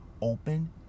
open